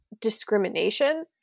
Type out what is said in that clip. discrimination